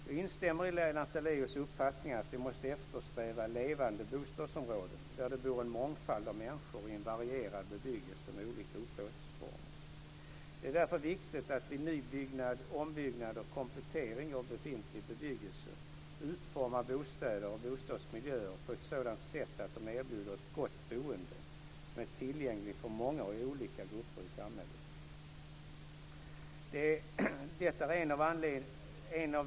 Jag instämmer i Lennart Daléus uppfattning att vi måste eftersträva levande bostadsområden där det bor en mångfald av människor i en varierad bebyggelse med olika upplåtelseformer. Det är därför viktigt att vid nybyggnad, ombyggnad och komplettering av befintlig bebyggelse utforma bostäder och bostadsmiljöer på ett sådant sätt att de erbjuder ett gott boende som är tillgängligt för många olika grupper i samhället.